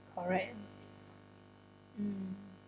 correct mm